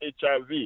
HIV